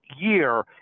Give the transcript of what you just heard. year